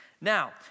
Now